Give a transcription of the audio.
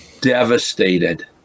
devastated